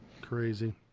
crazy